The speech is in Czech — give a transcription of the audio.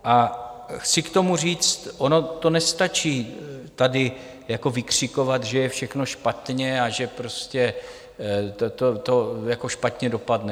A chci k tomu říct, ono to nestačí tady jako vykřikovat, že je všechno špatně a že prostě to špatně dopadne.